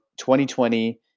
2020